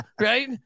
right